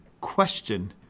question